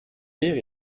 beer